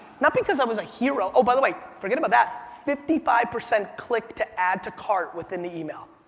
not because i was a hero, oh by the way, forget about that, fifty five percent click to add to cart within the email.